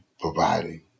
providing